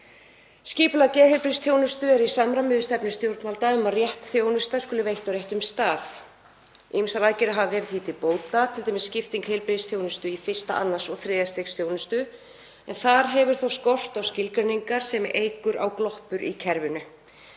Skipulag geðheilbrigðisþjónustu er í samræmi við stefnu stjórnvalda um að rétt þjónusta skuli veitt á réttum stað. Ýmsar aðgerðir hafa verið til bóta, t.d. skipting heilbrigðisþjónustu í fyrsta, annars og þriðja stigs þjónustu, en þar hefur þó skort á skilgreiningar sem eykur á gloppur í kerfinu.